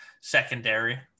secondary